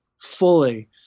fully